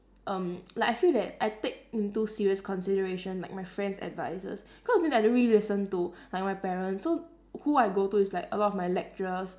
um like I feel that I take into serious consideration like my friend's advices because the thing is I don't really listen to like my parents so who I go to is like a lot of my lecturers